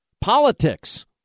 politics